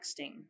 texting